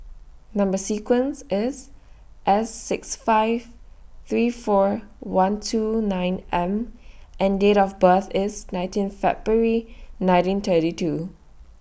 Number sequence IS S six five three four one two nine M and Date of birth IS nineteen February nineteen thirty two